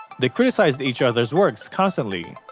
they criticized each other's works constantly.